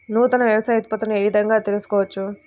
నూతన వ్యవసాయ ఉత్పత్తులను ఏ విధంగా తెలుసుకోవచ్చు?